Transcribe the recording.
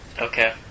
Okay